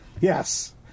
Yes